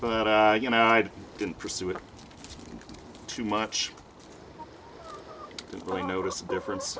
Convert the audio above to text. but you know i didn't pursue it too much and really notice a difference